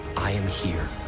i am here.